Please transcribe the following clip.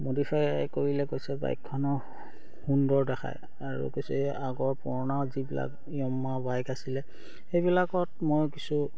modify কৰিলে কৈছে বাইকখনৰ সুন্দৰ দেখায় আৰু কৈছে এই আগৰ পুৰণা যিবিলাক য়ামাহা বাইক আছিলে সেইবিলাকত মই কিছু